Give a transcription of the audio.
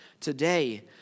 today